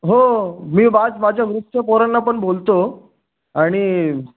हो मी आज माझ्या ग्रुपच्या पोरांना पण बोलतो आणि